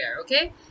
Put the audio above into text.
okay